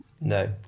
No